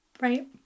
Right